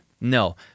No